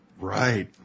Right